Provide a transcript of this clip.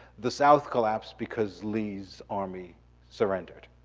the south collapsed because lee's army surrendered.